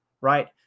right